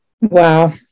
Wow